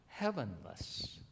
heavenless